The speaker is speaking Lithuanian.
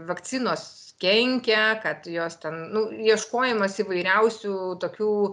vakcinos kenkia kad jos ten nu ieškojimas įvairiausių tokių